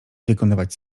wykonywać